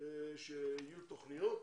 שיהיו תוכניות,